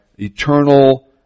eternal